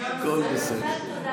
בעניין הזה אני אשמור עליך.